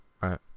right